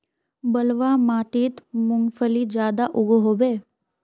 बलवाह माटित मूंगफली ज्यादा उगो होबे?